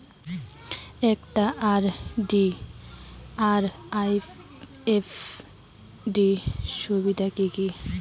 একটা আর.ডি আর এফ.ডি এর সুবিধা কি কি?